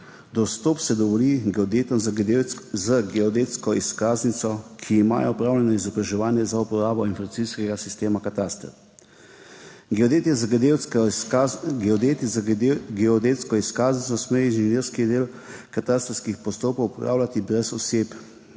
Dostop se dovoli geodetom z geodetsko izkaznico, ki imajo opravljeno izobraževanje za uporabo informacijskega sistema kataster. Geodet z geodetsko izkaznico sme inženirski del katastrskih postopkov opravljati brez